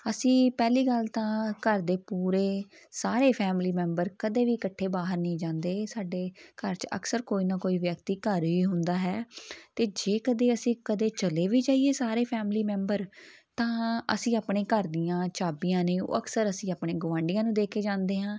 ਅਸੀਂ ਪਹਿਲੀ ਗੱਲ ਤਾਂ ਘਰ ਦੇ ਪੂਰੇ ਸਾਰੇ ਫੈਮਿਲੀ ਮੈਂਬਰ ਕਦੇ ਵੀ ਇਕੱਠੇ ਬਾਹਰ ਨਹੀਂ ਜਾਂਦੇ ਸਾਡੇ ਘਰ 'ਚ ਅਕਸਰ ਕੋਈ ਨਾ ਕੋਈ ਵਿਅਕਤੀ ਘਰ ਹੀ ਹੁੰਦਾ ਹੈ ਅਤੇ ਜੇ ਕਦੇ ਅਸੀਂ ਕਦੇ ਚਲੇ ਵੀ ਜਾਈਏ ਸਾਰੇ ਫੈਮਲੀ ਮੈਂਬਰ ਤਾਂ ਅਸੀਂ ਆਪਣੇ ਘਰ ਦੀਆਂ ਚਾਬੀਆਂ ਨੇ ਉਹ ਅਕਸਰ ਅਸੀਂ ਆਪਣੇ ਗੁਆਂਡੀਆਂ ਨੂੰ ਦੇ ਕੇ ਜਾਂਦੇ ਹਾਂ